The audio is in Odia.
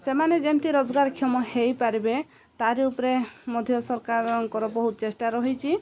ସେମାନେ ଯେମିତି ରୋଜଗାରକ୍ଷମ ହେଇପାରିବେ ତାରି ଉପରେ ମଧ୍ୟ ସରକାରଙ୍କର ବହୁତ ଚେଷ୍ଟା ରହିଛି